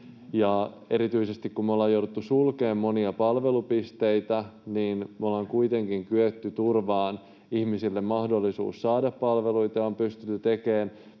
Erityisesti kun me ollaan jouduttu sulkemaan monia palvelupisteitä, niin me ollaan kuitenkin kyetty turvaamaan ihmisille mahdollisuus saada palveluita ja on pystytty tekemään